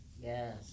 Yes